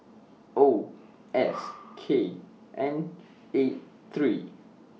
O S K N eight three